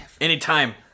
Anytime